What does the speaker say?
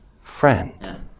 friend